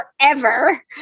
forever